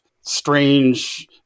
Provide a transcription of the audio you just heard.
strange